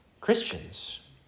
Christians